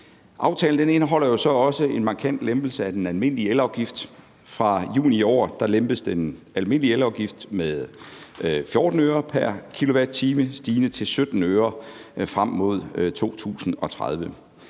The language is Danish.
Aftalen indeholder også en markant lempelse af den almindelige elafgift. Fra juli måned i år lempes den almindelige elafgift med 14 øre pr. kWh stigende til 17 øre frem mod 2030.